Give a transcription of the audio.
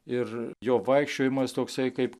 ir jo vaikščiojimas toksai kaip